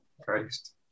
Christ